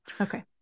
Okay